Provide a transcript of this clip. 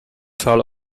tal